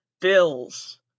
Bills